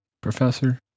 Professor